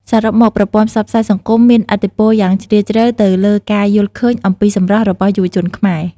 សរុបមក ប្រព័ន្ធផ្សព្វផ្សាយសង្គមមានឥទ្ធិពលយ៉ាងជ្រាលជ្រៅទៅលើការយល់ឃើញអំពីសម្រស់របស់យុវជនខ្មែរ។